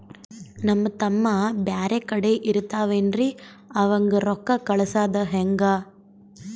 ನಮ್ ತಮ್ಮ ಬ್ಯಾರೆ ಕಡೆ ಇರತಾವೇನ್ರಿ ಅವಂಗ ರೋಕ್ಕ ಕಳಸದ ಹೆಂಗ?